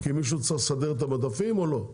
כי מישהו צריך לסדר את המדפים, או לא?